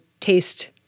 taste